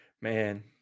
man